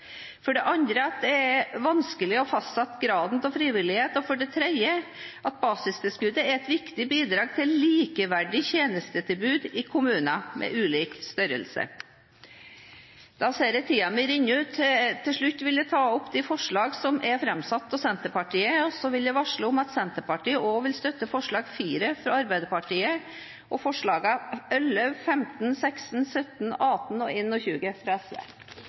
at det er vanskelig å fastsette graden av frivillighet at basistilskuddet er et viktig bidrag til likeverdig tjenestetilbud i kommuner med ulik størrelse – Nå ser jeg at tiden min renner ut. Til slutt vil jeg ta opp forslaget som er framsatt av Senterpartiet og de forslag der Senterpartiet er medforslagsstiller. Så vil jeg varsle om at Senterpartiet også vil støtte forslag nr. 4, fra Arbeiderpartiet og forslagene nr. 11, 15, 16, 17, 18 og 21, fra